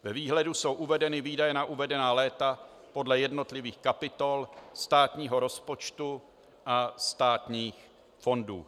Ve výhledu jsou uvedeny výdaje na uvedená léta podle jednotlivých kapitol státního rozpočtu a státních fondů.